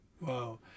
Wow